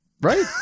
right